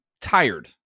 tired